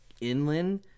inland